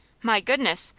my goodness!